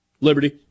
Liberty